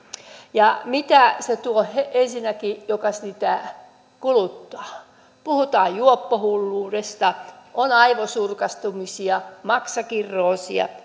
tuo yhteiskunnalle mitä se tuo ensinnäkin sille joka sitä kuluttaa puhutaan juoppohulluudesta on aivosurkastumisia maksakirroosia